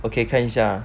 okay 看一下